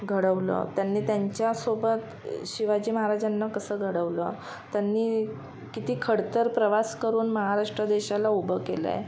घडवलं त्यांनी त्यांच्यासोबत शिवाजी महाराजांना कसं घडवलं त्यांनी किती खडतर प्रवास करून महाराष्ट्र देशाला उभं केलं आहे